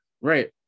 Right